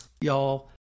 y'all